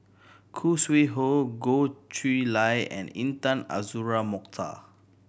Khoo Sui Hoe Goh Chiew Lye and Intan Azura Mokhtar